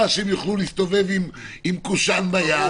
הסדרה שהם יוכלו להסתובב עם קושן ביד,